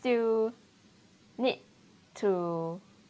still need to